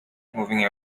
moving